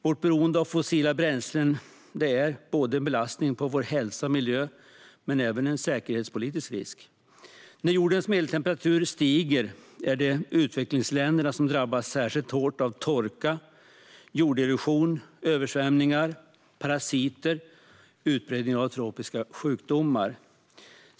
Vårt beroende av fossila bränslen är en belastning på hälsa och miljö och även en säkerhetspolitisk risk. När jordens medeltemperatur stiger är det utvecklingsländerna som drabbas särskilt hårt av torka, jorderosion, översvämningar, parasiter och utbredning av tropiska sjukdomar.